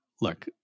look